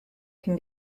can